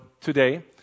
today